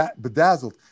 bedazzled